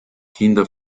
kinder